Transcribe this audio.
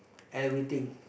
everything